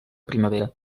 primavera